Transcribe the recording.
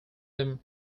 them